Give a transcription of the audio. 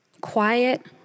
Quiet